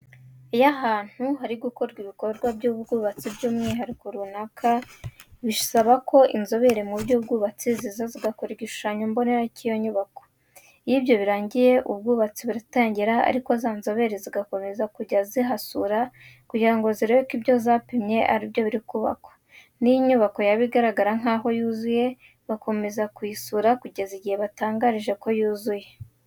Iyo ahantu harigukorwa ibikorwa by'ubwubatsi bw'inyubako runaka, bisabako inzobere muby'ubwubatsi ziza zigakora igishushanyo mbonera cy'iyo nyubako. Iyo ibyo birangiye, ubwubatsi buratangira ariko zanzobere zigakomeza kujya zihasura kugirango zirebe ko ibyo zapimye aribyo birikubakwa. Niyo inyubako yaba igaragara nkaho yuzuye, bakomeza kuyisura kugeza igihe batangarije ko yuzuye.